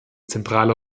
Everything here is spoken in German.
zentrale